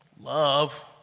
love